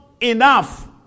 enough